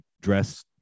dress